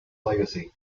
legacy